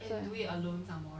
ya